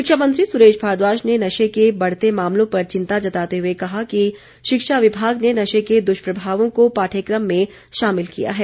शिक्षामंत्री सुरेश भारद्वाज ने नशे की बढ़ते मामलों पर चिंता जताते हुए कहा कि शिक्षा विभाग ने नशे के दुष्प्रभावों को पाठ्यक्रम में शामिल किया है